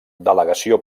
delegació